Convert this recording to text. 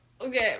Okay